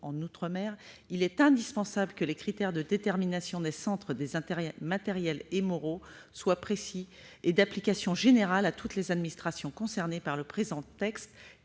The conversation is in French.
outre-mer. Il est indispensable que les critères de détermination des centres des intérêts matériels et moraux soient précis et d'application générale à toutes les administrations concernées par le présent projet